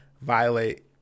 violate